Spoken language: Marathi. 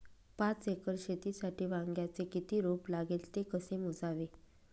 पाच एकर शेतीसाठी वांग्याचे किती रोप लागेल? ते कसे मोजावे?